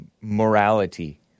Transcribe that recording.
morality